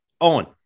Owen